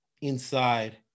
inside